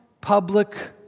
public